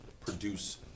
produce